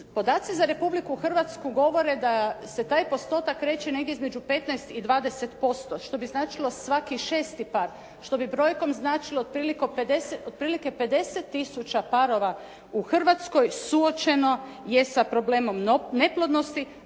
Podaci za Republiku Hrvatsku govore da se taj postotak kreće negdje između 15 i 20% što bi značilo svaki šesti par, što bi brojkom značilo otprilike 50 tisuća parova u Hrvatskoj suočeno je sa problemom neplodnosti